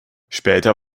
später